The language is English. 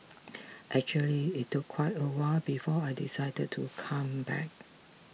actually it took quite a while before I decided to come back